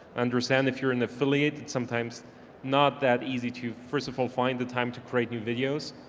understand if you're in affiliate, sometimes not that easy to, first of all find the time to create new videos.